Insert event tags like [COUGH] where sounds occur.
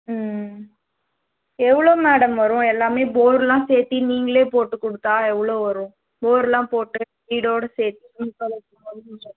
ம் எவ்வளோ மேடம் வரும் எல்லாமே போரெலாம் சேர்த்தி நீங்களே போட்டு கொடுத்தா எவ்வளோ வரும் போர்லாம் போட்டு வீடோடு சேர்த்தி [UNINTELLIGIBLE]